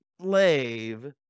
slave